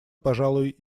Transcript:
пожалуй